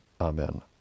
amen